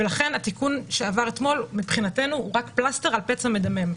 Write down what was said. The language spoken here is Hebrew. ולכן התיקון שעבר אתמול מבחינתנו הוא רק פלסטר על פצע מדמם,